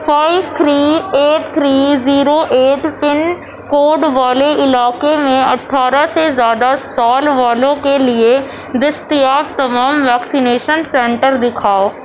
five three eight three zero eight pin code والے علاقے میں اٹھارہ سے زیادہ سال والوں کے لیے دستیاب تمام ویکسینیشن سنٹر دکھاؤ